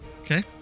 Okay